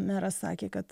meras sakė kad